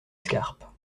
scarpe